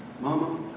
Mama